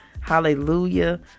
hallelujah